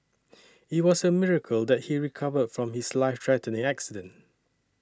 it was a miracle that he recovered from his life threatening accident